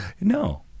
No